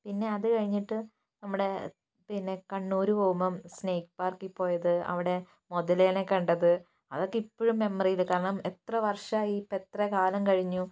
പിന്നെ അതു കഴിഞ്ഞിട്ട് നമ്മുടെ പിന്നെ കണ്ണൂർ പോകുമ്പം സ്നേക്ക് പാർക്കിൽ പോയത് അവിടെ മുതലേനെ കണ്ടത് അതൊക്കെ ഇപ്പോഴും മെമ്മറിയിൽ കാരണം എത്ര വർഷമായി ഇപ്പോൾ എത്ര കാലം കഴിഞ്ഞു